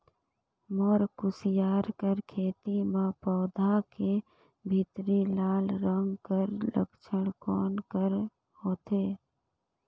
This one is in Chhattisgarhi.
मोर कुसियार कर खेती म पौधा के भीतरी लाल रंग कर लक्षण कौन कर होथे?